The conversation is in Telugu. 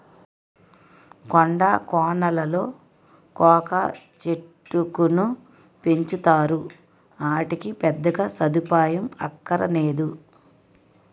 కొండా కోనలలో కోకా చెట్టుకును పెంచుతారు, ఆటికి పెద్దగా సదుపాయం అక్కరనేదు